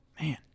Man